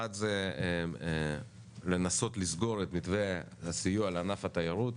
אחד זה לנסות לסגור את מתווה הסיוע לענף התיירות.